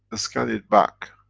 scan it back,